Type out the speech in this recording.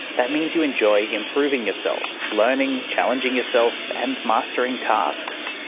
that means you enjoy improving yourself, learning, challenging yourself, and mastering tasks.